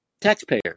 Taxpayer